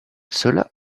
cela